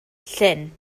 llyn